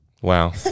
Wow